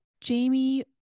Jamie